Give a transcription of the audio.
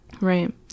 Right